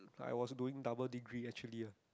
I was doing double degree actually ah